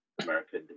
America